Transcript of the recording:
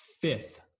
fifth